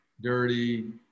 dirty